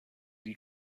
die